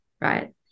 right